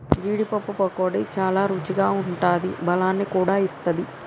జీడీ పప్పు పకోడీ చాల రుచిగా ఉంటాది బలాన్ని కూడా ఇస్తది